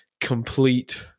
complete